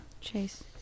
Chase